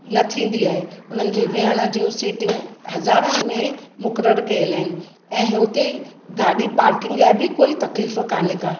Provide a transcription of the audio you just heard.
न थींदी आहे उन्हनि खे वेहण जूं सीटियूं हज़ारनि में मुक़ररु कयलु आहिनि ऐं हुते गाॾी पार्किंग लाइ कोई तकलीफ़ काने का